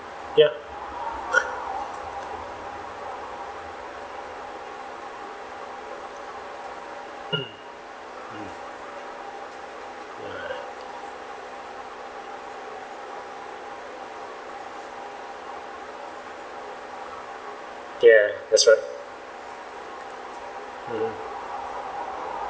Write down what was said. ya ya that's right mmhmm